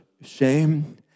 shame